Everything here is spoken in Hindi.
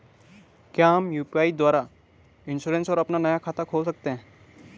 क्या हम यु.पी.आई द्वारा इन्श्योरेंस और अपना नया खाता खोल सकते हैं?